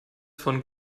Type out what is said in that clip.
von